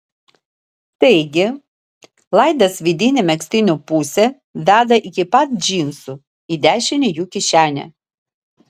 taigi laidas vidine megztinio puse veda iki pat džinsų į dešinę jų kišenę